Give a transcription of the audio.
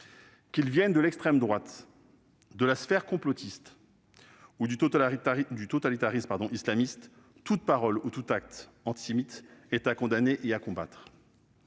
Qu'ils viennent de l'extrême droite, de la sphère complotiste ou du totalitarisme islamiste, toute parole et tout acte antisémites sont à condamner et à combattre.